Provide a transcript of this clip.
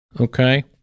Okay